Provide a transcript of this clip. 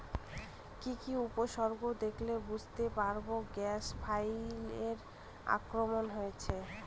কি কি উপসর্গ দেখলে বুঝতে পারব গ্যাল ফ্লাইয়ের আক্রমণ হয়েছে?